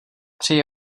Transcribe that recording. přeji